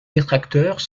détracteurs